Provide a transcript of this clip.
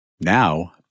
Now